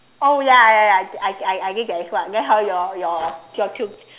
oh ya ya ya I I I think that is what then how your your tu~